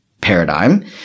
paradigm